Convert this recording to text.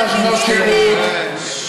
שנות שירות,